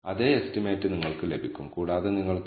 അതിനാൽ നമ്മൾ യഥാർത്ഥത്തിൽ പരിശോധിക്കേണ്ട ചില കാര്യങ്ങളാണ് ഇവ